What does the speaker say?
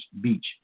beach